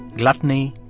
gluttony,